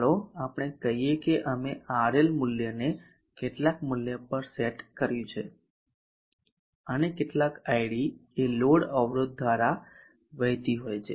ચાલો આપણે કહીએ કે અમે RL મૂલ્યને કેટલાક મૂલ્ય પર સેટ કર્યું છે અને કેટલાક id એ લોડ અવરોધ દ્વારા વહેતી હોય છે